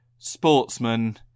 Sportsman